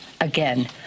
again